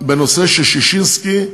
בנושא של ששינסקי,